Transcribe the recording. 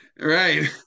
Right